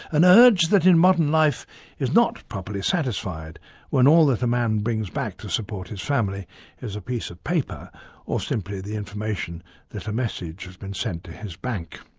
an urge that in modern life is not properly satisfied when all that a man brings back to support his family is a piece of paper or simply the information that a message has been sent to his bank.